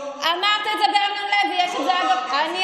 אל תגידי דברים שלא אמרתי.